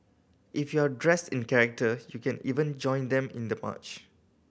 if you're dressed in character you can even join them in the march